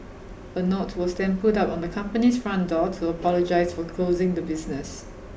a note was then put up on the company's front door to apologise for closing the business